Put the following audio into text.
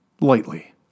lightly